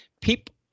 People